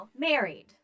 married